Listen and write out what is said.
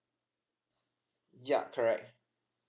ya ya correct